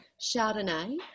Chardonnay